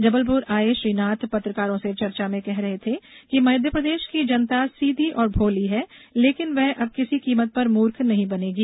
जबलप्र आए श्री नाथ पत्रकारों से चर्चा में कहा कि मध्यप्रदेश की जनता सीधी और भोली है लेकिन वह अब किसी कीमत पर मूर्ख नही बनेगी